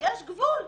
יש גבול.